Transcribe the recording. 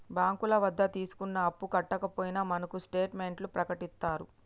బ్యాంకుల వద్ద తీసుకున్న అప్పు కట్టకపోయినా మనకు స్టేట్ మెంట్లను ప్రకటిత్తారు